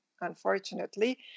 Unfortunately